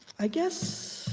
i guess,